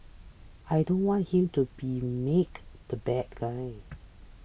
I don't want him to be made the bad guy